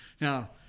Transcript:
Now